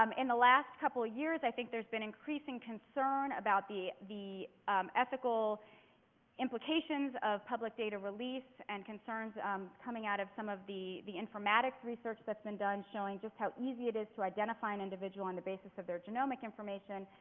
um in the last couple of years at think there's been increasing concern about the the ethical implications of public data release and concerns coming out of some of the the informatics research that's been done showing just how easy it is to identify an individual on the basis of their genomic information.